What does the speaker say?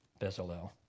Bezalel